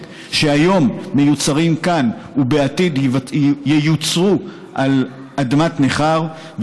שהיום מיוצרים כאן ובעתיד ייצרו על אדמת ניכר,